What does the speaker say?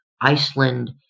Iceland